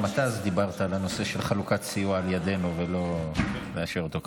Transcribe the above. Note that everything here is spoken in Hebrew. גם אתה דיברת אז על הנושא של חלוקת סיוע על ידינו ולא להשאיר אותו ככה.